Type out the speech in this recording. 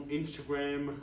Instagram